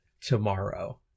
tomorrow